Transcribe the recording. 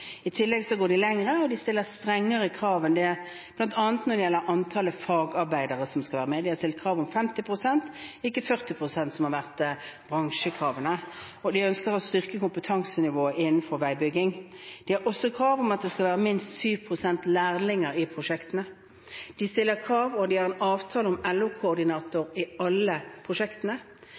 I tillegg går de lenger og stiller strengere krav enn det, bl.a. når det gjelder antallet fagarbeidere som skal være med. De har stilt krav om 50 pst., og ikke 40 pst., som har vært bransjekravene. De ønsker å styrke kompetansenivået innenfor veibygging. De har også et krav om at det skal være minst 7 pst. lærlinger i prosjektene. De stiller krav om og de har en avtale om LO-koordinator i alle prosjektene.